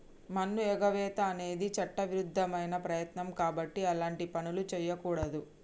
పన్నుఎగవేత అనేది చట్టవిరుద్ధమైన ప్రయత్నం కాబట్టి అలాంటి పనులు చెయ్యకూడదు